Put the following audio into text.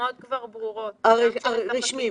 המגמות כבר ברורות, רק צריך לטפל בהן.